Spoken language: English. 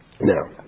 Now